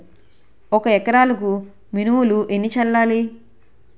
ఒక ఎకరాలకు మినువులు ఎన్ని చల్లాలి?